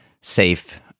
safe